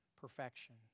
perfection